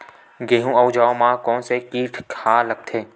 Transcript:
गेहूं अउ जौ मा कोन से कीट हा लगथे?